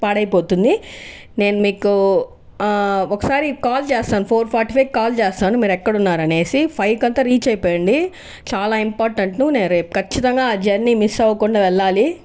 పాడు అయిపోతుంది నేను మీకు ఒకసారి కాల్ చేస్తాను ఫోర్ ఫార్టీ ఫైవ్కి కాల్ చేస్తాను మీరు ఎక్కడ ఉన్నారు అనేసి ఫైవ్కి అలా రీచ్ అయిపోండి చాలా ఇంపార్టెంట్ నేను రేపు ఖచ్చితంగా ఆ జర్నీ మిస్ అవ్వకుండా వెళ్ళాలి